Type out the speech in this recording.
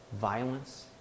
violence